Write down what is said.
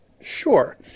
sure